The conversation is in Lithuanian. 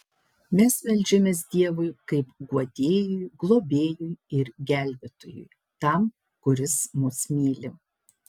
mes meldžiamės dievui kaip guodėjui globėjui ir gelbėtojui tam kuris mus myli